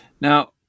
Now